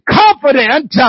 confident